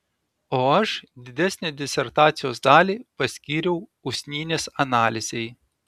o aš didesnę disertacijos dalį paskyriau usnynės analizei